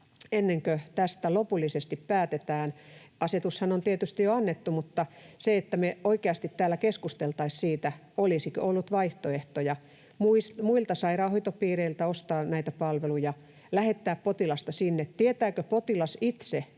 ennen kuin tästä lopullisesti päätetään — asetushan on tietysti jo annettu — että me oikeasti täällä keskusteltaisiin siitä, olisiko ollut vaihtoehtoja muilta sairaanhoitopiireiltä ostaa näitä palveluja, lähettää potilasta sinne, tietääkö se potilas itse,